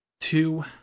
two